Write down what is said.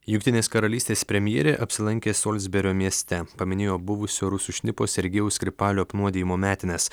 jungtinės karalystės premjerė apsilankė solsberio mieste paminėjo buvusio rusų šnipo sergėjaus skripalio apnuodijimo metines